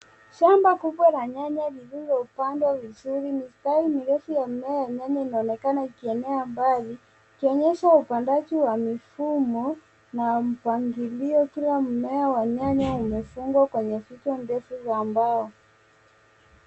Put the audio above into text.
Shamba kubwa la nyanya lililopandwa vizuri, mistari mirefu ya mimea ya nyanya inayoonekana ikienea mbali ikionyesha upandaji wa mifumo na mpangilio kila mmea wa nyanya umefungwa kwenye fito ndefu za mbao.